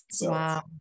wow